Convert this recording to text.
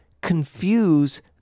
confuse